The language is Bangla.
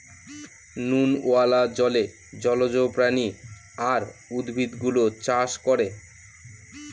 নুনওয়ালা জলে জলজ প্রাণী আর উদ্ভিদ গুলো চাষ করে